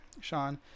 sean